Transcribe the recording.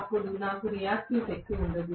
అప్పుడు నాకు రియాక్టివ్ శక్తి ఉండదు